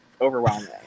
overwhelming